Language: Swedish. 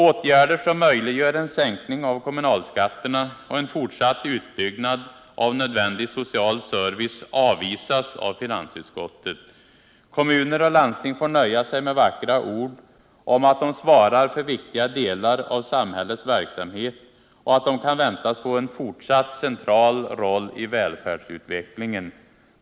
Åtgärder som möjliggör en sänkning av kommunalskatterna och en fortsatt utbyggnad av nödvändig social service avvisas av finansutskottet. Kommuner och landsting får nöja sig med vackra ord om att de svarar för viktiga delar av samhällets verksamhet och att de kan väntas få en fortsatt central roll i välfärdsutvecklingen.